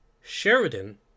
Sheridan